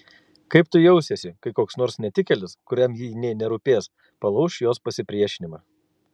kaip tu jausiesi kai koks nors netikėlis kuriam ji nė nerūpės palauš jos pasipriešinimą